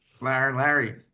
Larry